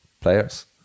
players